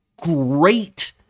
great